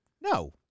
No